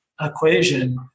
equation